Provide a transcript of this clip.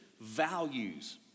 values